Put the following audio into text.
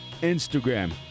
Instagram